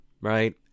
right